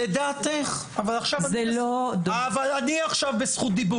לדעתך אבל עכשיו, אבל אני עכשיו בזכות דיבור.